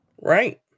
Right